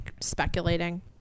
speculating